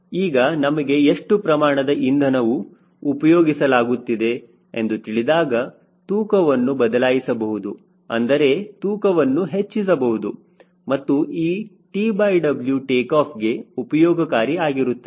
ಈಗ ನಮಗೆ ಎಷ್ಟು ಪ್ರಮಾಣದ ಇಂಧನವು ಉಪಯೋಗಿಸಲಾಗುತ್ತಿದೆ ಎಂದು ತಿಳಿದಾಗ ತೂಕವನ್ನು ಬದಲಾಯಿಸಬಹುದು ಅಂದರೆ ತೂಕವನ್ನು ಹೆಚ್ಚಿಸಬಹುದು ಮತ್ತು ಈ TW ಟೇಕಾಫ್ಗೆ ಉಪಯೋಗಕಾರಿ ಆಗಿರುತ್ತದೆ